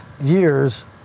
years